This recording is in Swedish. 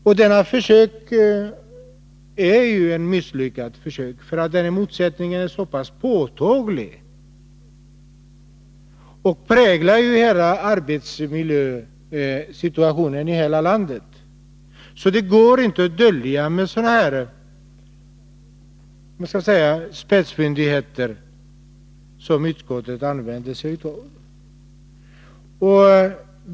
Men det är ett misslyckat försök, för denna motsättning präglar arbetsmiljösituationen i hela landet, och den är så påtaglig att man inte kan dölja den med sådana spetsfundigheter som utskottet använder sig av.